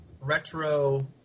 retro